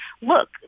look